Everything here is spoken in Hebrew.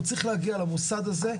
הוא צריך להגיע למוסד הזה,